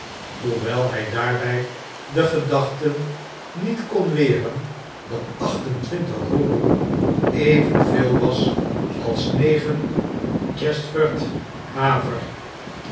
hoewel hij daarbij de gedachten niet kon weren dat achtentwintig roebel evenveel was als negen tschetwert haver